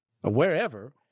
wherever